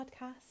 podcast